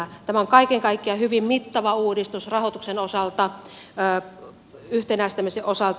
tämä on kaiken kaikkiaan hyvin mittava uudistus rahoituksen ja yhtenäistämisen osalta